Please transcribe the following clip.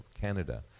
Canada